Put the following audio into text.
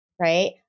right